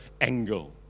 angle